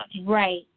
Right